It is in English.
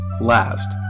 Last